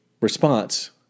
response